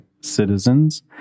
citizens